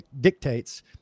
dictates